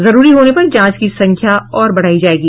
जरूरी होने पर जांच की संख्या और बढ़ायी जायेगी